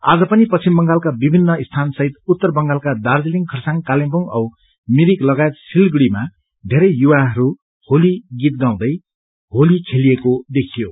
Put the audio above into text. आज पनि पश्चिम बंगालका विभिन्न स्थासहित उत्तर बंगालका दार्जीलिङ खरसाङ कालेबुङ औ मिरिक लागाय सिलगढ़ीमा धेरै युवाहरू होली गीत गाउँदै होली खेलिएको देख्यो